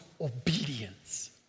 obedience